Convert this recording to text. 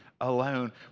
alone